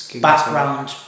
background